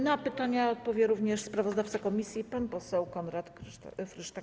Na pytania odpowie również sprawozdawca komisji pan poseł Konrad Frysztak.